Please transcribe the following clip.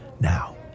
Now